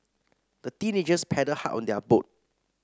the teenagers paddled hard on their boat